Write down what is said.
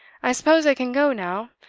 i suppose i can go now,